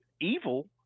evil